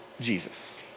Jesus